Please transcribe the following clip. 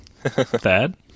Thad